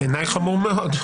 בעיניי זה חמור מאוד.